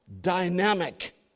dynamic